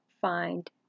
find